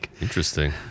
interesting